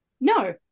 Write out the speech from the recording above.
no